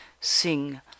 Sing